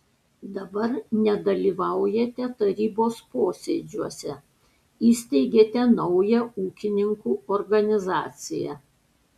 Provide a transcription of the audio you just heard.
dabar nedalyvaujate tarybos posėdžiuose įsteigėte naują ūkininkų organizaciją